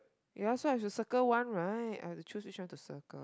ya so I have to circle one right I have to choose which one to circle